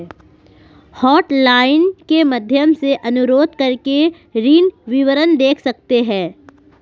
hotline के माध्यम से अनुरोध करके ऋण विवरण देख सकते है